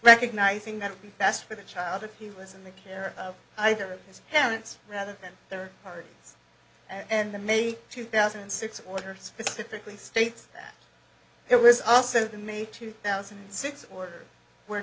recognizing that would be best for the child if he was in the care of either of his parents rather than their party and the may two thousand and six order specifically states that it was also the may two thousand and six order where